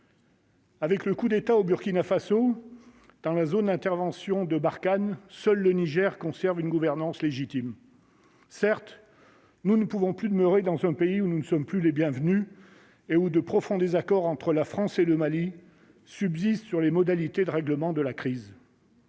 Avec le coup d'État au Burkina Faso, dans la zone, intervention de Barkhane seul le Niger conserve une gouvernance légitime, certes, nous ne pouvons plus demeurer dans son pays où nous ne sommes plus les bienvenus et ou de profonds désaccords entre la France et le Mali subsistent sur les modalités de règlement de la crise.